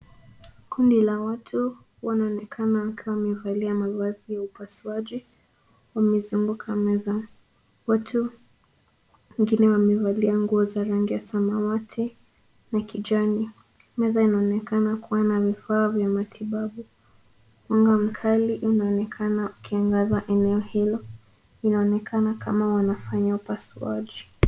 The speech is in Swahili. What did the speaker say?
Kundi la watu wanaonekana kaa wamevalia mavazi ya upasuaji wamezunguka meza watu wengine wamevalia nguo za rangi ya samawati na kijani. Meza inaonekana kuwa na vifaa vya matibabu mwanga mkali unaonekana uki angaza eneo hilo inaonekana kama wanafanya upasuaji.